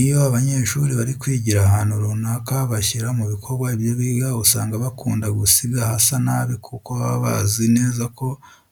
Iyo abanyeshuri bari kwigira ahantu runaka bashyira mu bikorwa ibyo biga usanga bakunda gusiga hasa nabi kuko baba bazi neza ko